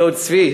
הדוד צבי,